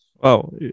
Wow